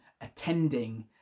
attending